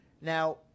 Now